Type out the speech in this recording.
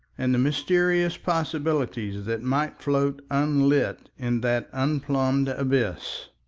and the mysterious possibilities that might float unlit in that unplumbed abyss.